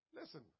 Listen